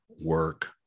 work